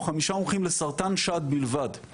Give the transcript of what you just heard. או חמישה מומחים לסרטן שד בלבד,